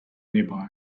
nearby